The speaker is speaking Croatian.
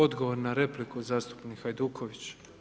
Odgovor na repliku zastupnik Hajduković.